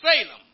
Salem